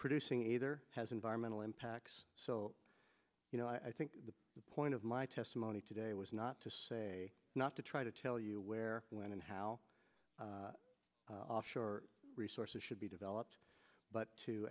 producing either has environmental impacts so you know i think the point of my testimony today was not to say not to try to tell you where when and how offshore resources should be developed but to